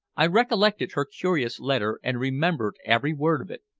i recollected her curious letter and remembered every word of it.